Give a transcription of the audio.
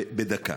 בדקה.